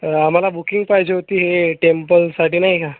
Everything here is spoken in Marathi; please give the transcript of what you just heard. आम्हाला बुकिंग पाहिजे होती हे टेम्पलसाठी नाही का